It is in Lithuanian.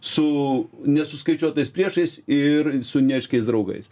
su nesuskaičiuotais priešais ir su neaiškiais draugais